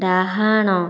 ଡାହାଣ